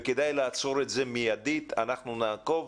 וכדאי לעצור את זה מידית, אנחנו נעקוב.